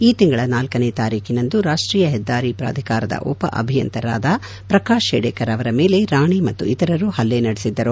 ಈ ತಿಂಗಳ ನಾಲ್ಕನೇ ತಾರೀಖಿನಂದು ರಾಷ್ಟೀಯ ಹೆದ್ದಾರಿಯ ಪ್ರಾಧಿಕಾರದ ಉಪ ಅಭಿಯಂತರರಾದ ಪ್ರಕಾಶ್ ಶೇಡೇಕರ್ ಅವರ ಮೇಲೆ ರಾಣೆ ಮತ್ತು ಇತರರು ಪಲ್ಲೆ ನಡೆಸಿದ್ದರು